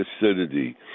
acidity